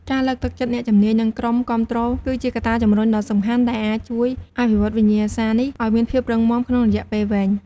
ការលើកទឹកចិត្តអ្នកជំនាញ និងក្រុមគាំទ្រគឺជាកត្តាជំរុញដ៏សំខាន់ដែលអាចជួយអភិវឌ្ឍវិញ្ញាសានេះឱ្យមានភាពរឹងមាំក្នុងរយៈពេលវែង។